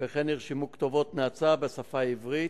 וכן נרשמו כתובות נאצה בשפה העברית: